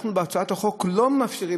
אנחנו בהצעת החוק לא מאפשרים,